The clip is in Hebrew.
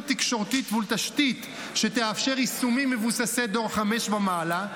תקשורתית ולתשתית שתאפשר יישומים מבוססי דור 5 ומעלה.